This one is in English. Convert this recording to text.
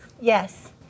Yes